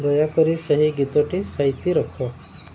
ଦୟାକରି ସେହି ଗୀତଟି ସାଇତି ରଖ